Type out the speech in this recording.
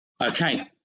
Okay